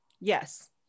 Yes